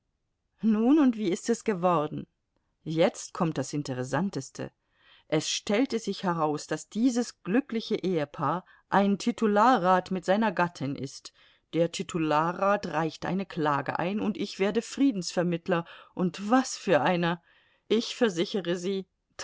nun und wie ist es geworden jetzt kommt das interessanteste es stellt sich heraus daß dieses glückliche ehepaar ein titularrat mit seiner gattin ist der titularrat reicht eine klage ein und ich werde friedensvermittler und was für einer ich versichere sie